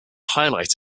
highlight